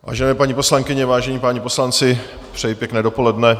Vážené paní poslankyně, vážení páni poslanci, přeji pěkné dopoledne.